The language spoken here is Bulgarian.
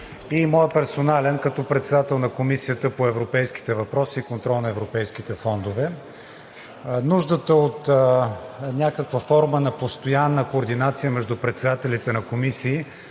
моя персонален като председател на Комисията по европейските въпроси и контрол на европейските фондове. Нуждата от някаква форма на постоянна координация между председателите на комисии,